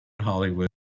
Hollywood